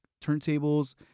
turntables